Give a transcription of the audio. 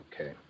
Okay